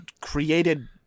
created